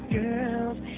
girls